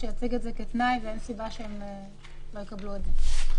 שיציג את זה כתנאי ואין סיבה שלא יקבלו את זה.